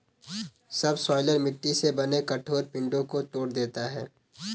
subsoiler मिट्टी से बने कठोर पिंडो को तोड़ देता है